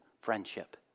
friendship